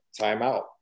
timeout